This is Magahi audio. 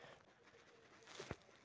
श्योरिटी बॉन्ड गारंटर के द्वारा भरल जा हइ